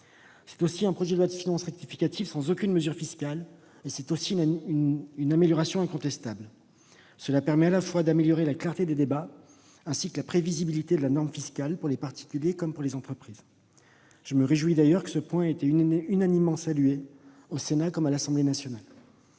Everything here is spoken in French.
cette voie. Un projet de loi de finances rectificative sans aucune mesure fiscale est une amélioration incontestable pour la clarté des débats, ainsi que pour la prévisibilité de la norme fiscale pour les particuliers et les entreprises. Je me réjouis d'ailleurs que ce point ait été unanimement salué au Sénat et à l'Assemblée nationale.